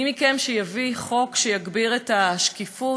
מי מכם שיביא חוק שיגביר את השקיפות,